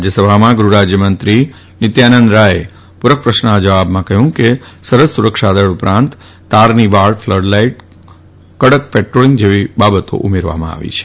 રાજ્યસભામાં ગૃહ રાજ્યમંત્રી નિત્યાનંદ રાયે પૂરક પ્રશ્નાભા જવાબમાં જણાવ્યું કે સરહદ સુરક્ષાદળ ઉપરાંત તારની વાડ ફલડ લાઇટ કડક પેટ્રાલીંગ જેવી બાબત ઉમેરવામાં આવી છે